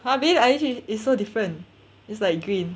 orh billie eilish is so different it's like green